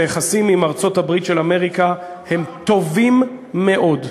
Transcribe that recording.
היחסים עם ארצות-הברית של אמריקה הם טובים מאוד,